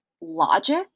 logic